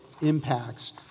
Impacts